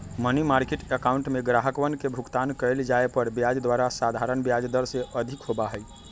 money market account में ग्राहकवन के भुगतान कइल जाये पर ब्याज दर साधारण ब्याज दर से अधिक होबा हई